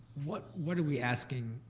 what what are we asking?